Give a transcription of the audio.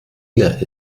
leer